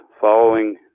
following